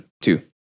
two